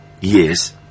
Yes